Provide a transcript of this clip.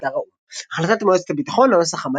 מאתר האו"ם החלטת מועצת הביטחון הנוסח המלא,